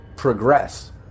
progress